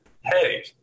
Hey